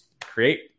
create